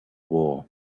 war